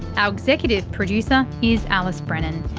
our executive producer is alice brennan.